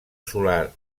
solar